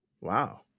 Wow